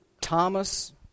Thomas